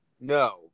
No